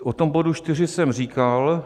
O tom bodu 4 jsem říkal.